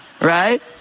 right